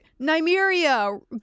Nymeria